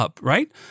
right